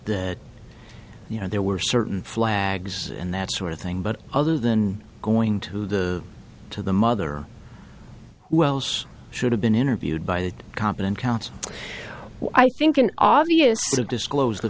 that you know there were certain flags and that sort of thing but other than going to the to the mother wells should have been interviewed by the competent counsel i think an obvious so disclosed the